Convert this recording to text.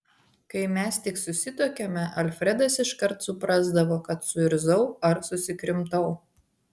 kai mes tik susituokėme alfredas iškart suprasdavo kad suirzau ar susikrimtau